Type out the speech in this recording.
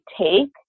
take